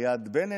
זה היה ליד בנט,